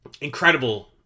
incredible